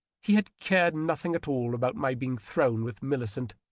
he had cared nothing at all about my being thrown with millicent.